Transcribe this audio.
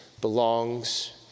belongs